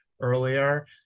earlier